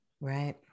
right